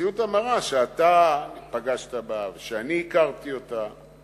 המציאות המרה שאתה פגשת בה ואני הכרתי אותה.